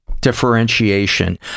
differentiation